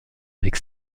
avec